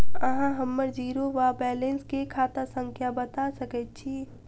अहाँ हम्मर जीरो वा बैलेंस केँ खाता संख्या बता सकैत छी?